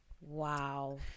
wow